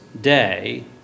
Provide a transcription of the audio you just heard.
day